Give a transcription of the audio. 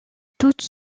toute